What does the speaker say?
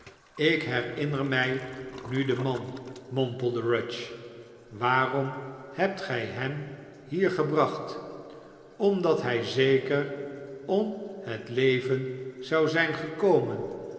ik herinner mij nu den man mompelde rudge waarom hebt eii hem hier gebracht omdat hij zeker om het leven zou fijn gekomen